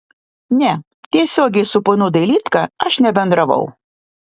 ne tiesiogiai su ponu dailydka aš nebendravau